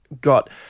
got